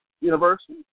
University